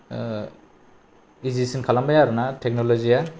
इजिसिन खालामबाय आरोना टेक्न'लजिया